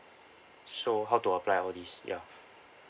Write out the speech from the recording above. so how to apply all these ya